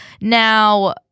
Now